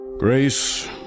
Grace